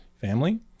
family